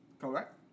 Correct